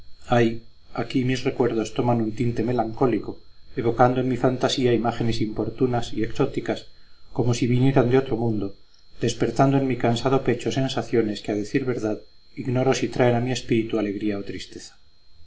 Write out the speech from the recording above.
ay aquí mis recuerdos toman un tinte melancólico evocando en mi fantasía imágenes importunas y exóticas como si vinieran de otro mundo despertando en mi cansado pecho sensaciones que a decir verdad ignoro si traen a mi espíritu alegría o tristeza